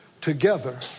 together